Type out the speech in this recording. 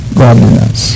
godliness